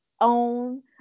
own